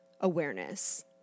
awareness